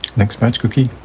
next month. cookie,